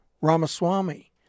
Ramaswamy